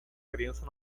criança